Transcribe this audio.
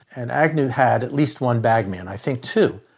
and agnew had at least one bag man, i think two,